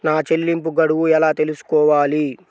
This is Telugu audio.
నా చెల్లింపు గడువు ఎలా తెలుసుకోవాలి?